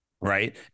Right